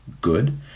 good